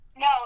No